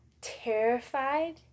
terrified